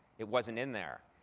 it wasn't in there.